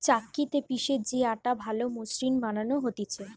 চাক্কিতে পিষে যে আটা ভালো মসৃণ বানানো হতিছে